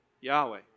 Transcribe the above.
Yahweh